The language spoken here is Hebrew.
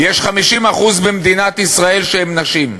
50% במדינת ישראל הן נשים,